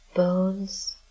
Bones